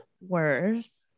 worse